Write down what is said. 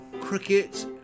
cricket